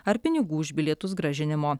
ar pinigų už bilietus grąžinimo